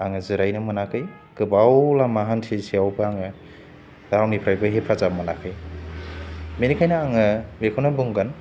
आङो जिरायनो मोनाखै गोबाव लामा हान्थिसेयावबो आङो रावनिफ्रायबो हेफाजाब मोनाखै बेनिखायनो आङो बेखौनो बुंगोन